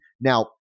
Now